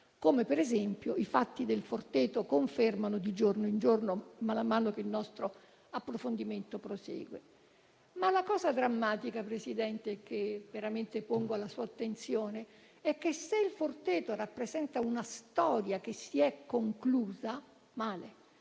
come i fatti del Forteto confermano di giorno in giorno, mano a mano che il nostro approfondimento prosegue. La cosa drammatica, Presidente, che pongo alla sua attenzione è che, se il Forteto rappresenta una storia che si è conclusa - male,